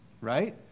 right